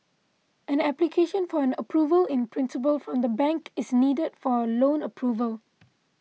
an application for an Approval in Principle from the bank is needed for loan approval